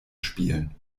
spielen